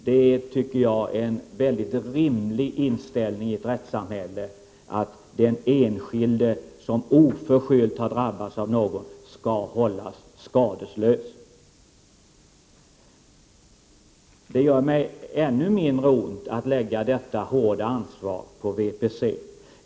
Det tycker jag är en mycket rimlig inställning i ett rättssamhälle, att den enskilde som oförskyllt har drabbats av något skall hållas skadeslös. Det gör mig ännu mindre ont att lägga detta hårda ansvar på VPC.